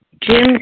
Jim